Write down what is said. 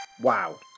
Wow